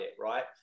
Right